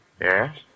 Yes